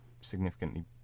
significantly